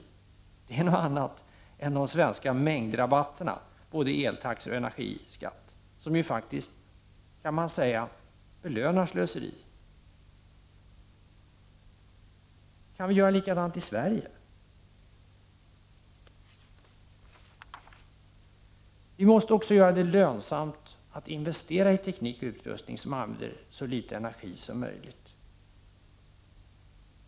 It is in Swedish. Det är någonting annat än de svenska mängdrabatterna när det gäller eltaxa och energiskatt, som ju faktiskt, kan man säga, belönar slöseri. Kan vi göra likadant i Sverige som i USA? Vi måste också göra det lönsamt att investera i teknik och utrustning som använder så litet energi som möjligt.